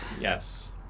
Yes